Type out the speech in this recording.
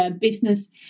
business